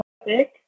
topic